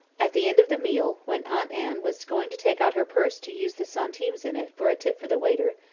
at the end of the meal, when aunt anne was going to take out her purse to use the centimes in it for a tip for the waiter,